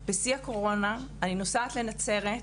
בשיא הקורונה, אני נוסעת לנצרת,